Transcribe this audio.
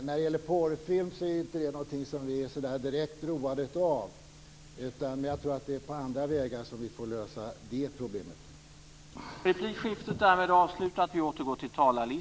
Vad gäller porrfilm är inte det någonting som vi är direkt roade av, utan jag tror att vi får lösa det problemet på andra vägar.